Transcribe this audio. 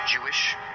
Jewish